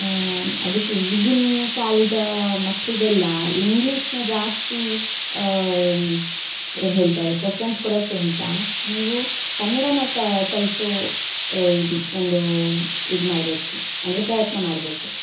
ಅದಕ್ಕೆ ಈಗಿನ ಕಾಲದ ಮಕ್ಕಳಿಗೆಲ್ಲಾ ಇಂಗ್ಲೀಷ್ನ ಜಾಸ್ತಿ ಏನು ಹೇಳ್ತಾರೆ ಪ್ರಿಫ್ರೆನ್ಸ್ ಕೊಡೋಕ್ಕಿಂತ ನೀವು ಕನ್ನಡಾನ ಕಲ್ಸೋ ಇದು ಒಂದೂ ಇದು ಮಾಡಬೇಕು ಅಂದರೆ ಪ್ರಯತ್ನ ಮಾಡಬೇಕು